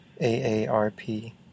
A-A-R-P